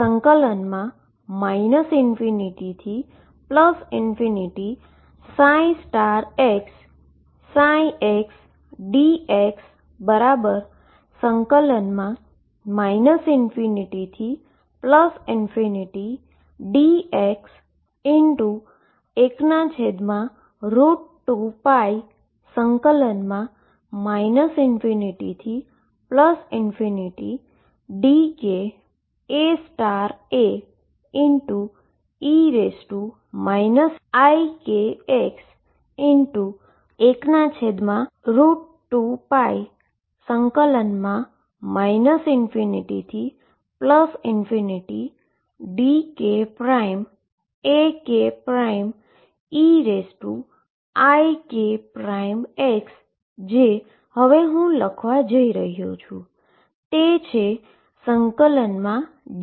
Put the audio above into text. તેથી ∞ xxdx ∞ dx 12π ∞ dk Ake ikx12π ∞ dk Akeikx જે હવે હું લખવા જઈ રહ્યો છું તે ∫dk છે